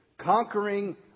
conquering